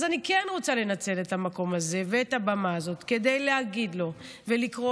אז אני כן רוצה לנצל את המקום הזה ואת הבמה הזאת כדי להגיד לו ולקרוא